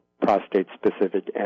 prostate-specific